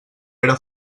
era